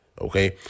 Okay